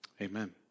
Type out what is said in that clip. Amen